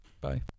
Bye